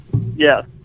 Yes